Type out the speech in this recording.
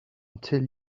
until